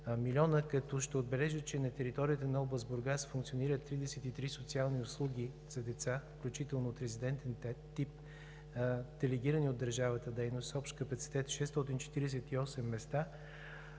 лв., като ще отбележа, че на територията на област Бургас функционират 33 социални услуги за деца, включително от резидентен тип, делегирани от държавата дейност с общ капацитет 648 места.